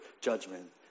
judgment